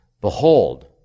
Behold